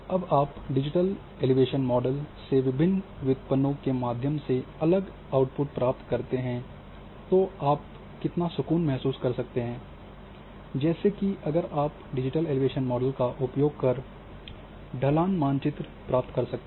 जब आप digital elevation model से विभिन्न व्युत्पन्नों के माध्यम से अलग आउटपुट प्राप्त करते हैं तो आप कितना सुकून महसूस कर सकते हैं जैसे कि अगर आप डिजिटल एलिवेशन मॉडल का उपयोग कर ढलान मानचित्र प्राप्त कर सकते हैं